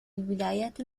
الولايات